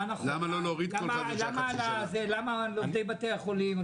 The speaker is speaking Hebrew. למה לא להוריד כל --- למה לעובדי בתי החולים,